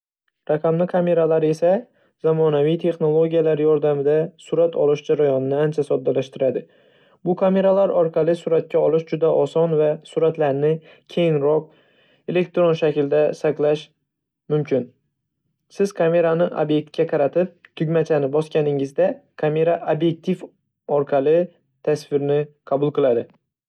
Raqamli kameralar esa zamonaviy texnologiyalar yordamida surat olish jarayonini ancha soddalashtiradi. Bu kameralar orqali suratga olish juda oson va suratlarni keyinroq elektron shaklda saqlash mumkin. Siz kamerani ob’ektga qaratib, tugmachani bosganingizda, kamera ob’ektiv o-orqali tasvirni qabul qiladi.